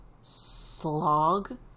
slog